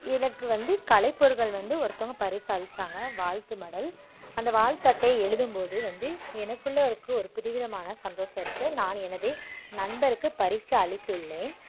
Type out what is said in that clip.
எனக்கு வந்து கலைப்பொருட்கள் வந்து ஒருத்தவங்கள் பரிசு அளிச்சாங்கள் வாழ்த்து மடல் அந்த வாழ்த்தட்டை எழுதும்போது வந்து எனக்குள்ள இருக்க ஒரு புதுவிதமான சந்தோசத்தை நான் எனது நண்பருக்கு பரிசு அளித்துள்ளேன்